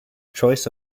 choice